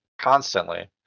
constantly